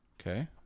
Okay